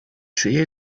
sehe